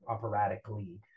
operatically